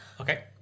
Okay